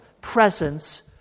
presence